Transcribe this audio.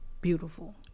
beautiful